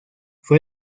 fue